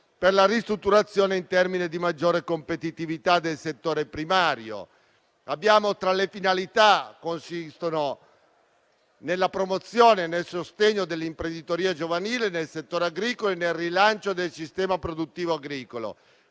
per la ristrutturazione in termini di maggior competitività del settore primario. Le sue finalità consistono nella promozione e nel sostegno all'imprenditoria giovanile nel settore agricolo e nel rilancio del sistema produttivo agricolo